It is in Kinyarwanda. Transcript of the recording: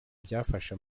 byafashe